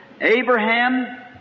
Abraham